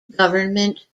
government